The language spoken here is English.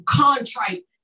contrite